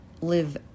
live